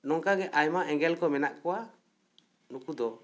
ᱱᱚᱝᱠᱟ ᱜᱮ ᱟᱭᱢᱟ ᱮᱸᱜᱮᱞ ᱠᱚ ᱢᱮᱱᱟᱜ ᱠᱚᱣᱟ ᱱᱩᱠᱩ ᱫᱚ